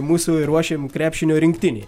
mūsų ir ruošėm krepšinio rinktinei